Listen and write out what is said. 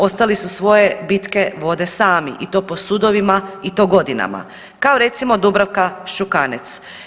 Ostali su svoje bitke vode sami i to po sudovima i to godinama kao recimo Dubravka Šokanec.